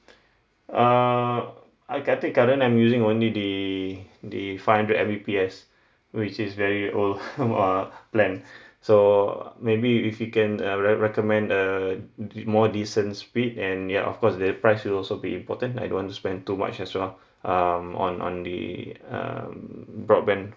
err I uh think current I'm using only the the five hundred M_B_P_S which is very old uh plan so maybe if you can uh re~ recommend a more decent speed and ya of course the price will also be important I don't want to spend too much as well um on on the um broadband